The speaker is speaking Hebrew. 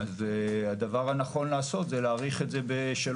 אז הדבר הנכון לעשות זה להאריך את זה ב-3